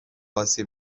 آسیب